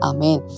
Amen